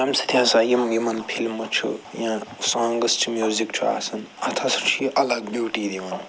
اَمہِ سۭتۍ ہَسا یِم یِمن فِلمہٕ چھِ یا سانٛگٕس چھِ میوٗزِک چھُ آسان اَتھ ہَسا چھُ یہِ الگ بیوٗٹی دِوان